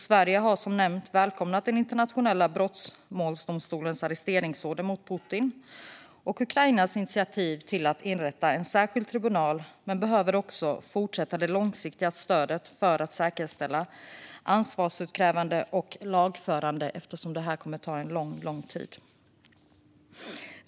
Sverige har som nämnts välkomnat den internationella brottmålsdomstolens arresteringsorder mot Putin och Ukrainas initiativ till att inrätta en särskild tribunal, men vi behöver också fortsätta det långsiktiga stödet för att säkerställa ansvarsutkrävande och lagförande eftersom det här kommer att ta lång tid.